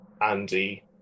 Andy